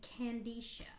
Candisha